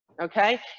Okay